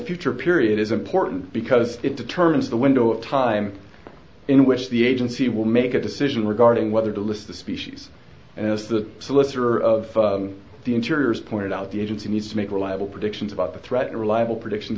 future period is important because it determines the window of time in which the agency will make a decision regarding whether to lift the species and as the solicitor of the interiors pointed out the agency needs to make reliable predictions about the threat and reliable predictions